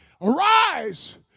Arise